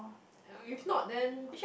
if not then